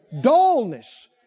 Dullness